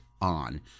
on